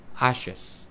ashes